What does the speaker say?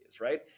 right